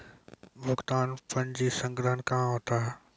भुगतान पंजी संग्रह कहां होता हैं?